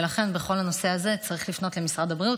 ולכן בכל הנושא הזה צריך לפנות למשרד הבריאות,